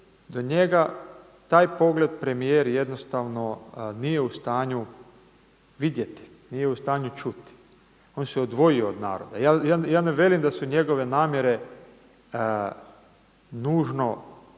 do njega taj pogled premijer jednostavno nije u stanju vidjeti, nije u stanju čuti. On se odvojio od naroda. Ja ne velim da su njegove namjere nužno prijetvorne,